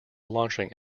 launching